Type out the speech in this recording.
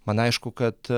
man aišku kad